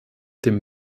dem